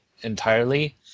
entirely